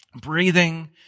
breathing